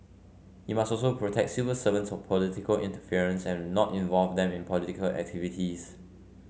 he must also protect civil servants from political interference and not involve them in political activities